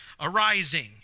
arising